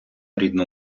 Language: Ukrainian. рідну